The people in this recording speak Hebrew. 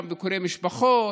גם ביקורי משפחות.